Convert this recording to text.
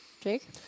Jake